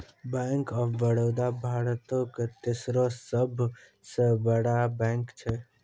bank of Baroda भारतो के तेसरो सभ से बड़का बैंक छै